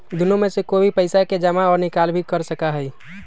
दुन्नो में से कोई भी पैसा के जमा और निकाल भी कर सका हई